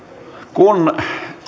kun